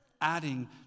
adding